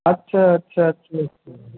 আচ্ছা আচ্ছা আচ্ছা আচ্ছা